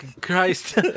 Christ